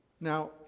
Now